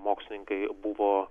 mokslininkai buvo